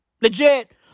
Legit